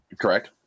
correct